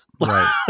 Right